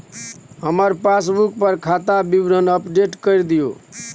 हमर पासबुक पर खाता विवरण अपडेट कर दियो